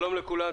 שלום לכולם,